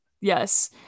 Yes